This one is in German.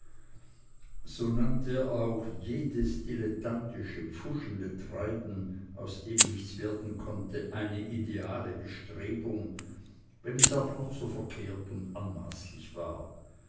so nannte er auch jedes dilettantische pfuschende treiben aus dem nichts werden konnte eine ideale bestrebung wenn es auch noch so verkehrt und anmaßlich war